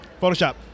Photoshop